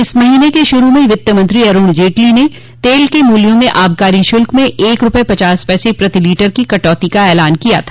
इस महीने के शुरू में वित्त मंत्री अरूण जेटली ने तेल के मूल्यों में आबकारी शुल्क में एक रूपये पचास पसे प्रति लीटर की कटौती का ऐलान किया था